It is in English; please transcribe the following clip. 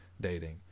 dating